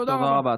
תודה רבה.